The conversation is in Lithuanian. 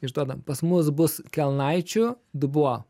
išduodam pas mus bus kelnaičių dubuo